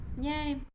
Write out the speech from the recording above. Yay